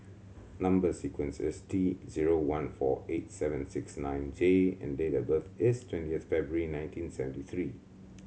number sequence is T zero one four eight seven six nine J and date of birth is twentieth February nineteen seventy three